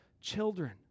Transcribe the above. children